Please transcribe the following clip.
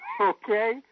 Okay